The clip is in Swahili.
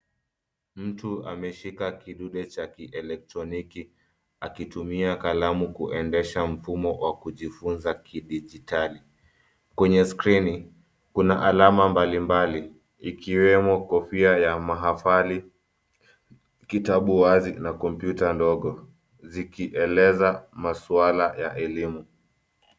Mtu ameshika kidude cha kielektroniki, akitumia kalamu kuendesha mfumo wa kujifunza kidijitali. Kwenye skrini kuna alama mbalimbali ikiwemo kofia ya mahafali, kitabu wazi na kompyuta ndogo zikieleza masuala ya elimu.